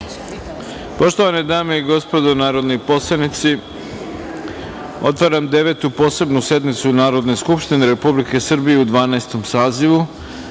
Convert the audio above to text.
Poštovane dame i gospodo narodni poslanici, otvaram Devetu posebnu sednicu Narodne skupštine Republike Srbije u Dvanaestom